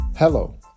Hello